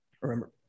remember